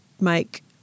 make